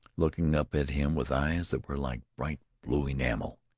looking up at him with eyes that were like bright blue enamel.